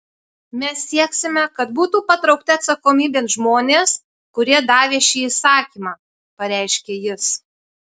mes sieksime kad būtų patraukti atsakomybėn žmonės kurie davė šį įsakymą pareiškė jis